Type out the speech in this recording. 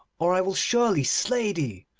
or i will surely slay thee.